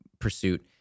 pursuit